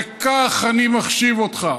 וכך אני מחשיב אותך,